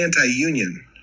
anti-union